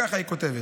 ככה היא כותבת: